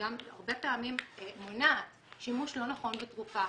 הרבה פעמים אני מונעת שימוש לא נכון בתרופה